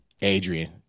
Adrian